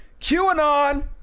QAnon